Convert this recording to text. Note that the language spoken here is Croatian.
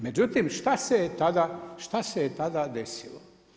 Međutim šta se je tada, šta se je tada desilo?